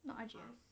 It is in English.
not R_G_S